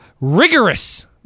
rigorous